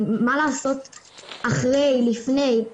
מה לעשות אחרי, לפני.